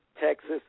Texas